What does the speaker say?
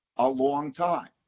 a long time.